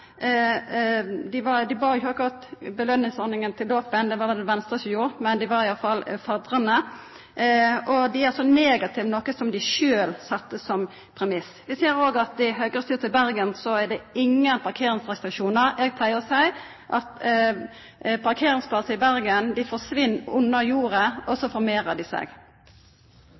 Dei bar ikkje akkurat belønningsordninga til dåpen. Det var det Venstre som gjorde. Men dei var iallfall fadrar. Dei er altså negative til noko som dei sjølve sette som premiss. Vi ser òg at det i høgrestyrte Bergen ikkje er nokon parkeringsrestriksjonar. Eg pleier å seia at parkeringsplassane i Bergen forsvinn under jorda, og så formeirar dei seg.